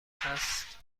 هست